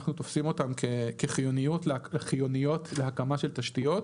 אנחנו תופסים אותן כחיוניות להקמה של תשתיות.